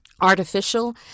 Artificial